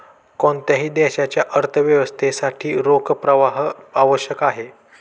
कोणत्याही देशाच्या अर्थव्यवस्थेसाठी रोख प्रवाह आवश्यक आहे